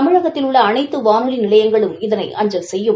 தமிழகத்தில் உள்ள அனைத்து வானொலி நிலையங்களும் இதனை அஞ்சல் செய்யும்